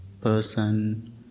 person